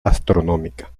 astronómica